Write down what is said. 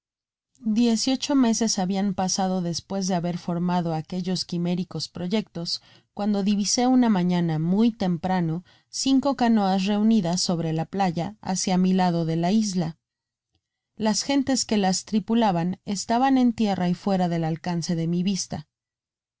diez y ocho meses habian pasado despues de haber formado aquellos quiméricos proyectos cuando divisé una mafiana muy temprano einco canoas reunidas sobre la playa bácia mi lado de la isla las gentes que las tripulaban estaban en tierra y fuera del alcance de mi vista